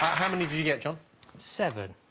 how many of you get john seven,